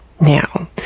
now